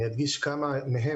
אדגיש כמה מהם.